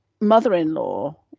mother-in-law